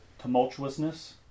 tumultuousness